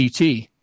et